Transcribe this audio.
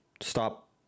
Stop